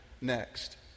next